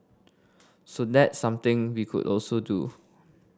so that's something we could also do